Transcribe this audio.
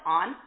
on